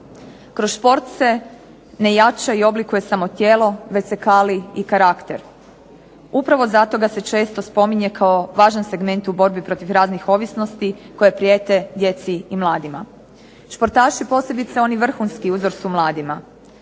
Kroz šport se ne jača i oblikuje samo tijelo već se kali i karakter. Upravo zato ga se često spominje kao važan segment u borbi protiv raznih ovisnosti koje prijete djeci i mladima. Športaši posebice oni vrhunski uzor su mladima.